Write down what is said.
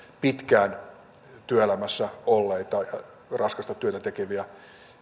pitkään työelämässä olleita ja raskasta työtä tekeviä